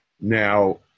Now